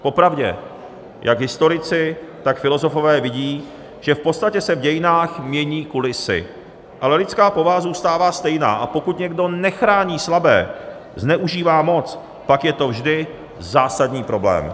Popravdě, jak historici, tak filozofové vidí, že v podstatě se v dějinách mění kulisy, ale lidská povaha zůstává stejná, a pokud někdo nechrání slabé, zneužívá moc, pak je to vždy zásadní problém.